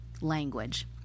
language